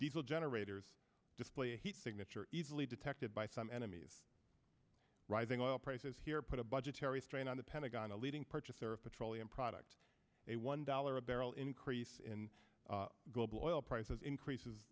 diesel generators display a heat signature easily detected by some enemies rising oil prices here put a budgetary strain on the pentagon a leading purchaser of petroleum product a one dollar a barrel increase in global oil prices increases